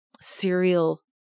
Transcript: serial